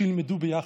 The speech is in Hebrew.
שילמדו ביחד,